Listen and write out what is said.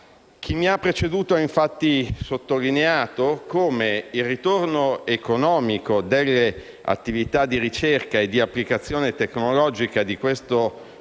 Chi mi ha preceduto ha sottolineato come il ritorno economico delle attività di ricerca e applicazione tecnologica di questo settore